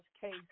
case